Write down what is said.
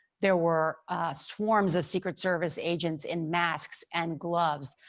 there were swarms of secret service agents in masks and gloves.